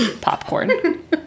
popcorn